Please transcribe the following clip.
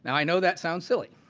i know that sounds silly.